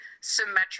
symmetrical